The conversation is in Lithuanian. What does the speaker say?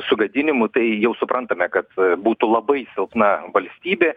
sugadinimų tai jau suprantame kad būtų labai silpna valstybė